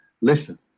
Listen